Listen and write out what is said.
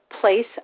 place